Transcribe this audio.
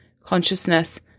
consciousness